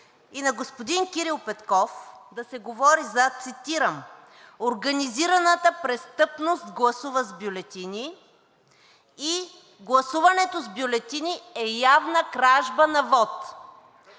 и на господин Кирил Петков да се говори за, цитирам: „Организираната престъпност гласува с бюлетини“ и „Гласуването с бюлетини е явна кражба на вот.“